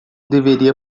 deveria